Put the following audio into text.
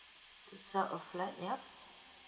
to sell a flat ya